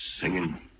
Singing